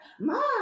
mom